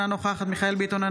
אינה נוכחת מיכאל מרדכי ביטון,